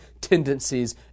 tendencies